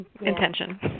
intention